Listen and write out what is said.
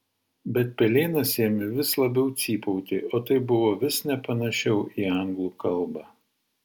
bet pelėnas ėmė vis labiau cypauti o tai buvo vis nepanašiau į anglų kalbą